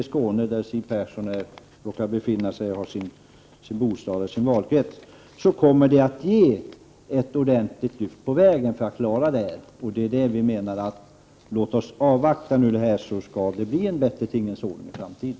Skåne, där Siw Persson råkar ha sin bostad och sin valkrets, ett ordentligt lyft i deras arbete. Låt oss avvakta det som nu är på gång, så blir det en bättre tingens ordning i framtiden.